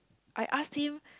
I asked him